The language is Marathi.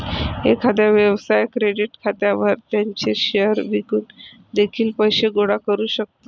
एखादा व्यवसाय क्रेडिट खात्यावर त्याचे शेअर्स विकून देखील पैसे गोळा करू शकतो